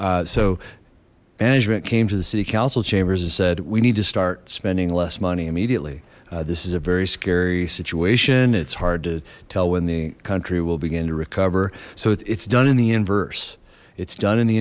management came to the city council chambers and said we need to start spending less money immediately this is a very scary situation it's hard to tell when the country will begin to recover so it's done in the inverse it's done in the